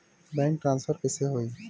Bank transfer कइसे होही?